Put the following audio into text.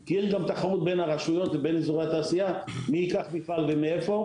כי יש תחרות בין הרשויות ובין אזורי התעשייה מי ייקח מפעל ומאיפה.